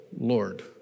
Lord